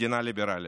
מדינה ליברלית,